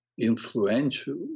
influential